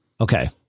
Okay